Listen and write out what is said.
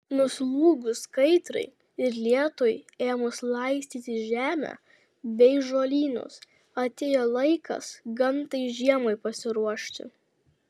nuslūgus kaitrai ir lietui ėmus laistyti žemę bei žolynus atėjo laikas gamtai žiemai pasiruošti